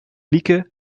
lieke